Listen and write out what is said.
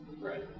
right